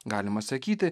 galima sakyti